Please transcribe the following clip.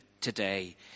today